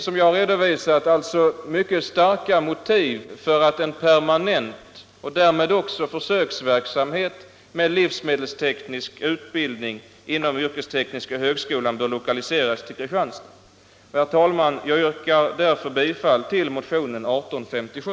Som jag har redovisat finns alltså mycket starka motiv för att den permanenta verksamheten och därmed också försöksverksamheten med livsmedelsteknisk utbildning inom yrkesteknisk högskola bör lokaliseras till Kristianstad. Jag yrkar därför, herr talman, bifall till motionen 1857.